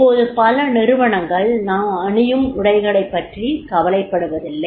இப்போது பல நிறுவனங்கள் நாம் அணியும் உடைகளைப் பற்றி கவலைப்படுவதில்லை